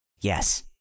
Yes